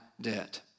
debt